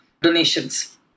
donations